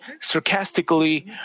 sarcastically